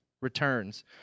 returns